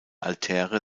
altäre